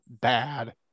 bad